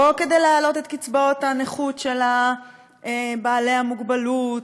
לא כדי להעלות את קצבאות הנכות של אנשים עם מוגבלות,